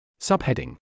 Subheading